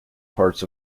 parts